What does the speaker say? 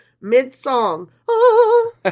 Mid-song